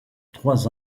trois